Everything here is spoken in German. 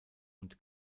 und